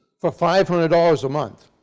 for five hundred dollars a month.